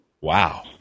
Wow